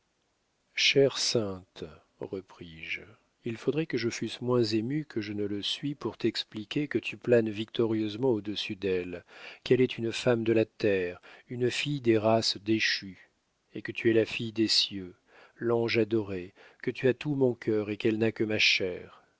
chère sainte repris-je il faudrait que je fusse moins ému que je ne le suis pour t'expliquer que tu planes victorieusement au-dessus d'elle qu'elle est une femme de la terre une fille des races déchues et que tu es la fille des cieux l'ange adoré que tu as tout mon cœur et qu'elle n'a que ma chair